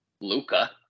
Luca